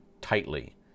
tightly